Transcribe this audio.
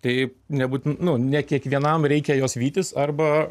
tai nebūt nu ne kiekvienam reikia jos vytis arba